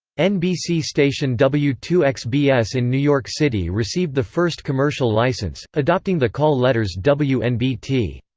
nbc station w two x b s in new york city received the first commercial license, adopting the call letters wnbt.